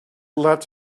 left